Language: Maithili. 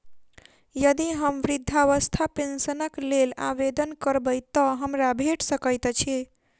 यदि हम वृद्धावस्था पेंशनक लेल आवेदन करबै तऽ हमरा भेट सकैत अछि?